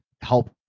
help